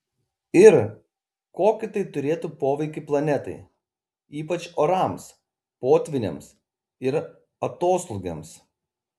ir kokį tai turėtų poveikį planetai ypač orams potvyniams ir atoslūgiams